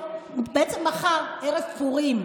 בעצם מחר, מחר ערב פורים,